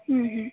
હં હં